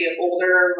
older